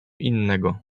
innego